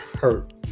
hurt